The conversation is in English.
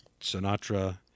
Sinatra